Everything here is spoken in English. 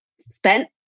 spent